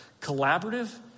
Collaborative